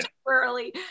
temporarily